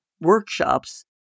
workshops